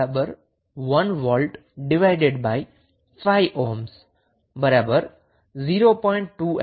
current i0 1V5 0